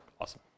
awesome